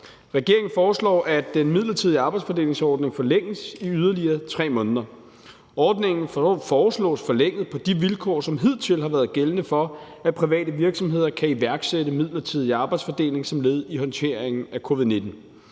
Regeringen foreslår, at den midlertidige arbejdsfordelingsordning forlænges i yderligere 3 måneder. Ordningen foreslås forlænget på de vilkår, som hidtil har været gældende, for at private virksomheder kan iværksætte midlertidig arbejdsfordeling som led i håndteringen af covid-19.